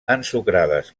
ensucrades